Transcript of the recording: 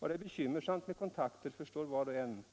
har det bekymmersamt med kontakter förstår var och en.